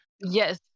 Yes